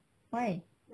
why